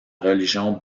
religion